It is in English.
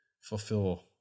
fulfill